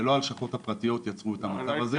זה לא הלשכות הפרטיות יצרו את המצב הזה.